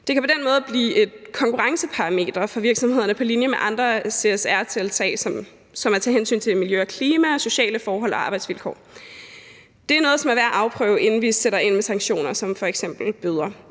Det kan på den måde blive et konkurrenceparameter for virksomhederne på linje med andre CSR-tiltag som at tage hensyn til miljø og klima og sociale forhold og arbejdsvilkår. Det er noget, som er værd at afprøve, inden vi sætter ind med sanktioner som f.eks. bøder.